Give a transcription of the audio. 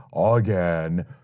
again